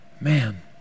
man